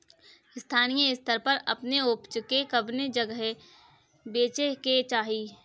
स्थानीय स्तर पर अपने ऊपज के कवने जगही बेचे के चाही?